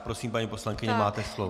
Prosím, paní poslankyně, máte slovo.